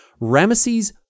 Ramesses